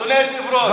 אדוני היושב-ראש,